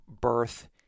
birth